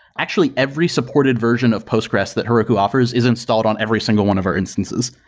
actually, every supported version of postgres that heroku offers is installed on every single one of our instances,